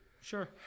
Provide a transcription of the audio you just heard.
sure